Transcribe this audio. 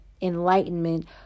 enlightenment